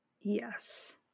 Yes